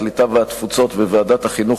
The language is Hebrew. הקליטה והתפוצות וועדת החינוך,